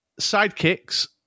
sidekicks